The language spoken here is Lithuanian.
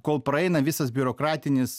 kol praeina visas biurokratinis